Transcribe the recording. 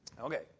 Okay